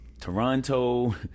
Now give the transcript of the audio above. Toronto